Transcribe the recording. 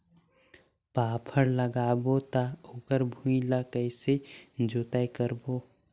फाफण लगाबो ता ओकर भुईं ला कइसे जोताई करबो?